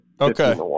Okay